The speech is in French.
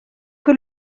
que